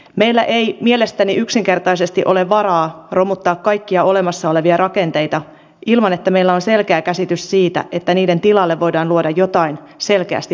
meillä ei mielestäni yksikertaisesti ole varaa romuttaa kaikkia olemassa olevia rakenteita ilman että meillä on selkeä käsitys siitä että niiden tilalle voidaan luoda jotain selkeästi parempaa